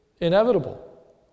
inevitable